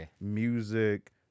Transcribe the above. music